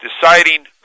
deciding